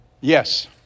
Yes